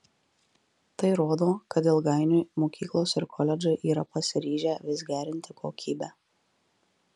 tai rodo kad ilgainiui mokyklos ir koledžai yra pasiryžę vis gerinti kokybę